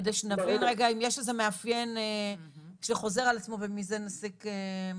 כדי שנבין רגע אם יש איזה מאפיין שחוזר על עצמו ומזה נסיק מסקנות.